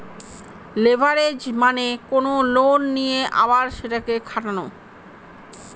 leverage মানে কোনো loan নিয়ে আবার সেটাকে খাটানো